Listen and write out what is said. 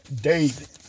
David